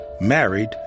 married